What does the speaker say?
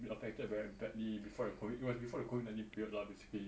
the affected very badly before the COVID it was before the COVID nineteen period lah basically